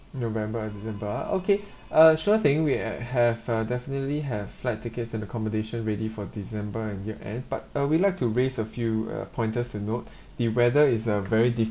november and december ah okay uh sure thing we uh have uh definitely have flight tickets and accommodation ready for december and year end but uh we like to raise a few uh pointers to note the weather is uh very